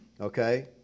okay